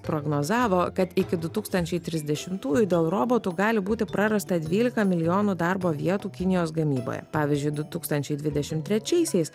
prognozavo kad iki du tūkstančiai trisdešimtųjų dėl robotų gali būti prarasta dvylika milijonų darbo vietų kinijos gamyboje pavyzdžiui du tūkstančiai dvidešimt trečiaisiais